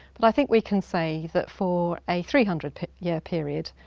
but i think we can say that for a three hundred year period,